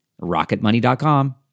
rocketmoney.com